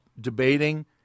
debating